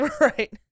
Right